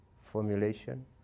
formulation